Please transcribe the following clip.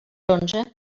onze